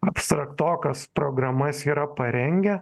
abstraktokas programas yra parengę